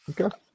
Okay